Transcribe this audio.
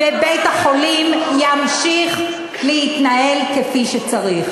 ובית-החולים ימשיך להתנהל כפי שצריך.